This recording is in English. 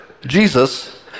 Jesus